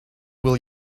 will